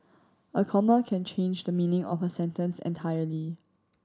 a comma can change the meaning of a sentence entirely